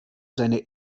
seine